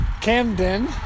Camden